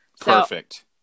Perfect